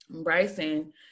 Bryson